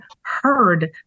heard